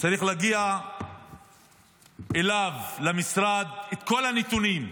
צריכים להגיע אליו למשרד כל הנתונים.